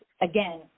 again